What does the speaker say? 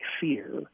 fear